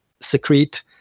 secrete